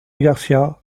garcía